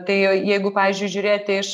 tai jeigu pavyzdžiui žiūrėti iš